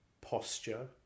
posture